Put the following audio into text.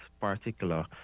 particular